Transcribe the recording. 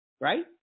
Right